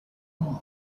evening